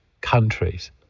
countries